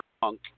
Punk